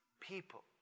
People